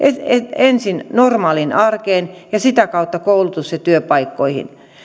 ensin normaaliin arkeen ja sitä kautta koulutus ja työpaikkoihin